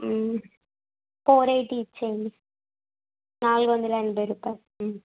four eighty ఇచ్చేయండి నాలుగు వందలు ఎనభై రుపాయలు